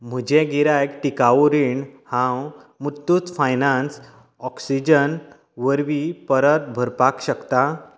म्हजें गिरायक टिकाऊ रीण हांव मुत्तूत फायनान्स ऑक्सिजन वरवीं परत भरपाक शकतां